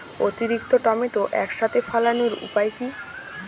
অতিরিক্ত টমেটো একসাথে ফলানোর উপায় কী?